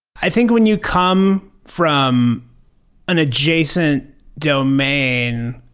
i think when you come from an adjacent domain,